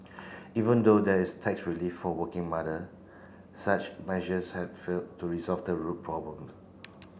even though there is tax relief for working mother such measures have failed to resolve the root problem